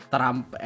Trump